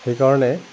সেইকাৰণে